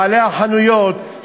בעלי החנויות,